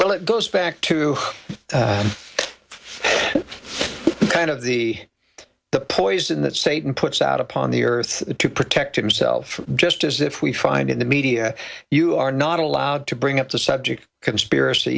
well it goes back to kind of the the poison that satan puts out upon the earth to protect himself just as if we find in the media you are not allowed to bring up the subject conspiracy